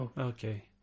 Okay